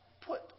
put